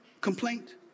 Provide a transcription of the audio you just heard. complaint